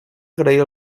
agrair